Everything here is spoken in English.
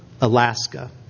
Alaska